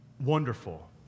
wonderful